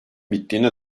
bittiğine